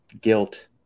guilt